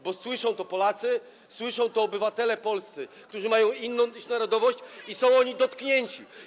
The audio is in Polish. Bo słyszą to Polacy, słyszą to obywatele polscy, którzy mają inną narodowość, i są oni dotknięci.